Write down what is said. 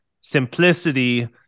simplicity